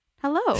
hello